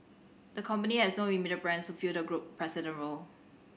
the company has no immediate plans to fill the group president role